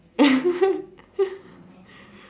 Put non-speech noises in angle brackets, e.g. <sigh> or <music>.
<laughs>